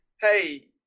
Hey